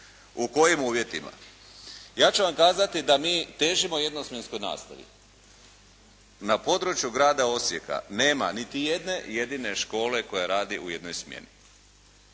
U kojim uvjetima? Ja ću vam kazati da mi težimo jedno smjenskoj nastavi. Na području Grada Osijeka nema niti jedne jedine škole koja radi u jednoj smjeni.